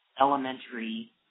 elementary